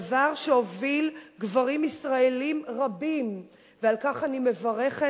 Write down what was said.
דבר שהוביל גברים ישראלים רבים ועל כך אני מברכת,